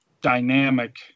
dynamic